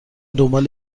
دنبال